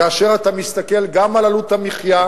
כאשר אתה מסתכל גם על עלות המחיה,